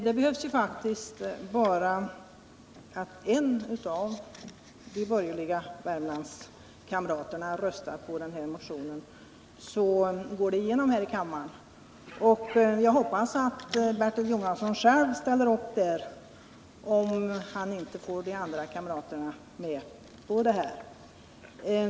Det behövs faktiskt bara att en av de borgerliga Värmlandskamraterna röstar på den motionen för att förslaget skall gå igenom i kammaren. Jag hoppas att Bertil Jonasson själv ställer upp, även om han inte får de andra kamraterna med på det här.